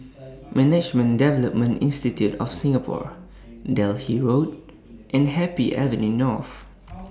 Management Development Institute of Singapore Delhi Road and Happy Avenue North